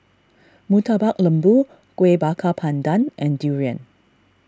Murtabak Lembu Kueh Bakar Pandan and Durian